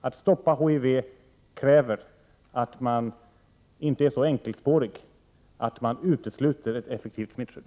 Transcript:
Att stoppa HIV kräver att man inte är så enkelspårig att man utesluter ett effektivt smittskydd.